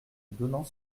donnant